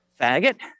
faggot